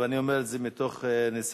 ואני אומר את זה מתוך ניסיון,